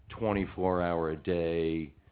24-hour-a-day